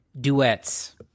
Duets